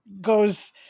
goes